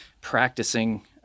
practicing